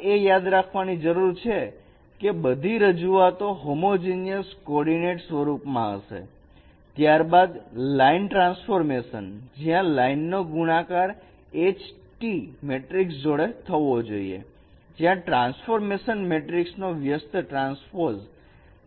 તમારે એ યાદ રાખવાની જરૂર છે કે બધી રજૂઆતો હોમોજીનયસ કોઓર્ડીનેટ સ્વરૂપમાં હશે ત્યાર બાદ લાઈન ટ્રાન્સફોર્મેશન જ્યાં લાઈન નો ગુણાકાર H T મેટ્રિક્સ જોડે થવો જોઈએ જ્યાં ટ્રાન્સફોર્મેશન મેટ્રિક્સનો વ્યસ્ત ટ્રાન્સપોઝ